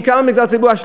בעיקר במגזר הציבורי,